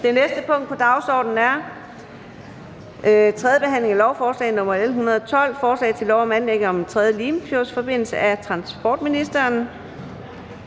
Det næste punkt på dagsordenen er: 4) 3. behandling af lovforslag nr. L 113: Forslag til lov om udbygning af E20 Amagermotorvejen. Af transportministeren